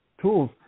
tools